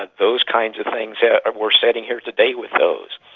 ah those kinds of things, yeah we're standing here today with those.